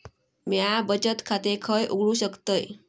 म्या बचत खाते खय उघडू शकतय?